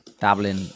dabbling